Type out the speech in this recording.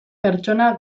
pertsona